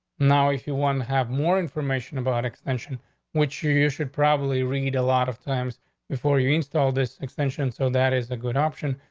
now, if you want to have more information about extension which you you should probably read a lot of times before you install this extension, so that is a good option.